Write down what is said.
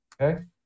Okay